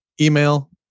email